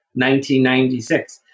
1996